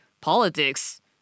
politics